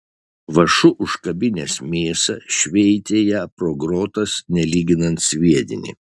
vąšu užkabinęs mėsą šveitė ją pro grotas nelyginant sviedinį